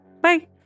Bye